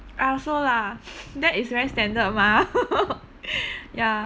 I also lah that is very standard mah ya